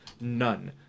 None